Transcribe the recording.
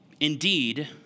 Indeed